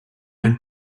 and